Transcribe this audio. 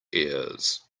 ears